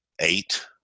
eight